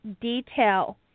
detail